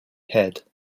head